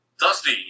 Dusty